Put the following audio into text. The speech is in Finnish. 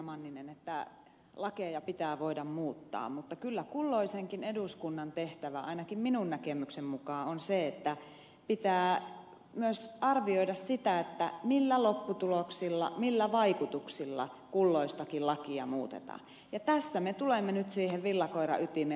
manninen että lakeja pitää voida muuttaa mutta kyllä kulloisenkin eduskunnan tehtävä ainakin minun näkemykseni mukaan on se että pitää myös arvioida sitä millä lopputuloksilla millä vaikutuksilla kulloistakin lakia muutetaan ja tässä me tulemme nyt siihen villakoiran ytimeen